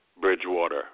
Bridgewater